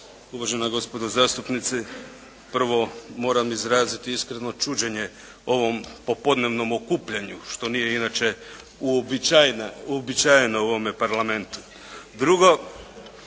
uvažena gospodo zastupnici. Prvo moram izraziti iskreno čuđenje ovo popodnevnom okupljanju, što nije inače uobičajeno u ovom Parlamentu. Drugo,